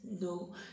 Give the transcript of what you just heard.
no